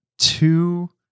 Two